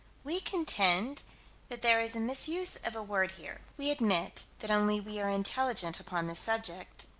we contend that there is a misuse of a word here we admit that only we are intelligent upon this subject,